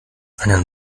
einen